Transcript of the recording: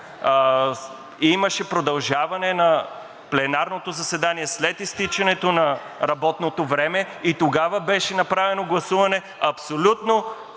имаше продължаване на пленарното заседание след изтичането на работното време и тогава беше направено гласуване в абсолютно противоречие